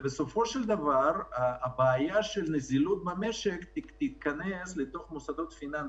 ובסופו של דבר הבעיה של נזילות במשק תתכנס לתוך מוסדות פיננסיים.